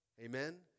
Amen